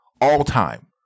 all-time